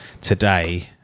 today